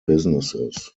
businesses